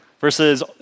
Versus